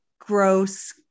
gross